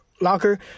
locker